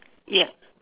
yup